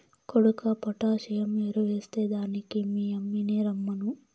కొడుకా పొటాసియం ఎరువెస్తే దానికి మీ యమ్మిని రమ్మను